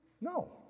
no